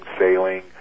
sailing